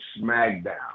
SmackDown